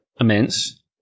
immense